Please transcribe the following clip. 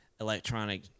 electronic